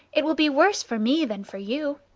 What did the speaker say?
it will be worse for me than for you.